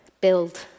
Build